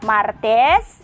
Martes